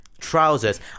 trousers